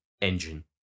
engine